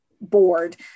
board